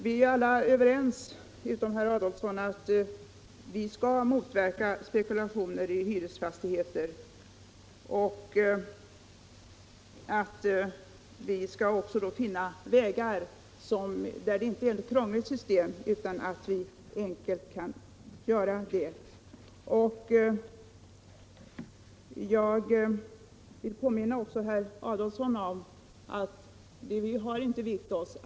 Vi är alla — med undantag för herr Adolfsson — överens om att vi skall motverka spekulationer i hyresfastigheter och att vi också skall försöka finna ett system som inte är krångligt utan enkelt. Jag vill även påminna herr Adolfsson om att vi inte har vikt oss.